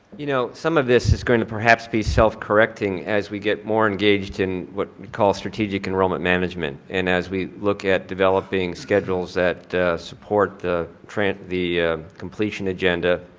you know some of these is going to perhaps be self correcting as we get more engaged in what we call strategic enrollment management. and as we look at developing schedules that support the trend the completion agenda,